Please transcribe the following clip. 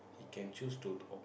he can choose to opt